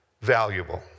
valuable